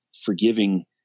forgiving